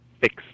fix